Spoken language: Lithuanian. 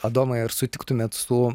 adomai ar sutiktumėt su